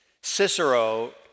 Cicero